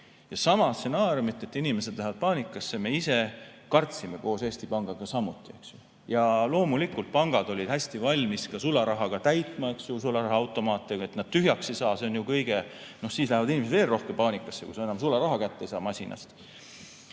Sama stsenaariumit, et inimesed lähevad paanikasse, me ise kartsime koos Eesti Pangaga samuti. Loomulikult pangad olid hästi valmis sularahaga täitma sularahaautomaate, et need tühjaks ei saa. Siis lähevad inimesed ju veel rohkem paanikasse, kui enam sularaha kätte ei saa masinast.